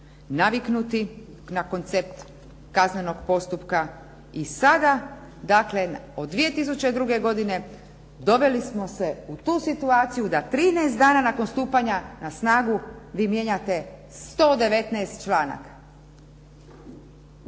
naviknuti na koncept kaznenog postupka i sada dakle od 2002. godine doveli smo se u tu situaciju da 13 dana nakon stupanja na snagu vi mijenjate 119. članaka.